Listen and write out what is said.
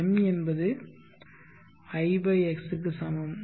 m என்பது i x க்கு சமம்